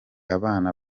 abana